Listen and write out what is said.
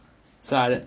so